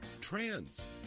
Trans